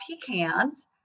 pecans